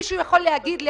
מישהו יכול להגיד לי,